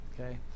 okay